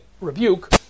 rebuke